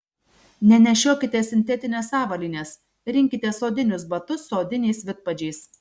nenešiokite sintetinės avalynės rinkitės odinius batus su odiniais vidpadžiais